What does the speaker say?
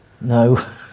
No